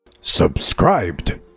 Subscribed